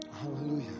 Hallelujah